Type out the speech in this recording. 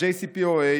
ה-JCPOA,